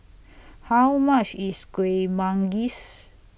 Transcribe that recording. How much IS Kuih Manggis